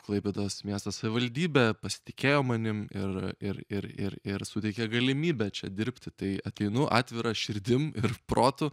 klaipėdos miesto savivaldybė pasitikėjo manim ir ir ir ir ir suteikia galimybę čia dirbti tai ateinu atvira širdim ir protu